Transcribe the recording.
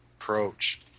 Approach